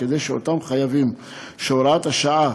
כדי שאותם חייבים שהוראת השעה